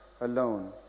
alone